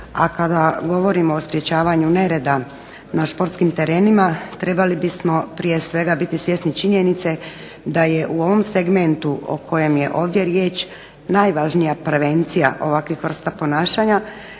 A kada govorimo o sprečavanju nereda na športskim terenima trebali bismo prije svega biti svjesni činjenice da je u ovom segmentu o kojem je ovdje riječ najvažnija prevencija ovakvih vrsta ponašanja